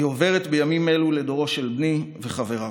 היא עוברת בימים אלו לדורו של בני וחבריו.